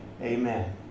Amen